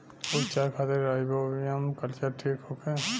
उपचार खातिर rhizobium culture ठीक होखे?